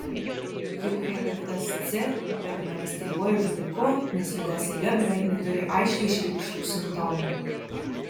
juk hepatitas c vadinamas tyliuoju žudiku nes ligos eiga beveik neturi aiškiai išreikštų simptomų